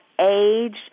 age